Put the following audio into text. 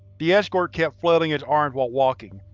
the escort kept flailing his arms while walking,